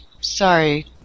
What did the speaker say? Sorry